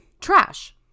Trash